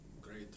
great